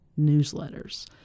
newsletters